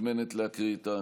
מוזמנת להקריא את השאילתה.